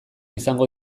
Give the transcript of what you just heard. izango